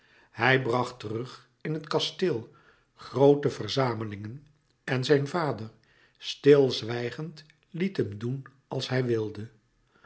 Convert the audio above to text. hij bracht terug in het kasteel groote verzamelingen en zijn vader stilzwijgend liet hem doen als hij wilde